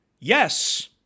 Yes